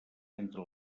entre